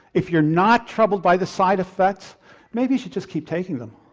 if you're not troubled by the side effects maybe you should just keep taking them.